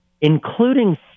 including